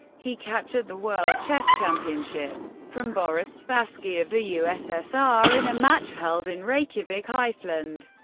he captured the world chess championship from boris spassky of the ussr in a match held in reykjavik, iceland,